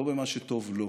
לא במה שטוב לו.